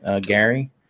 Gary